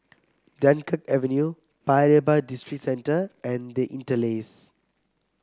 Dunkirk Avenue Paya Lebar Districentre and The Interlace